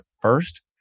first